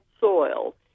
soil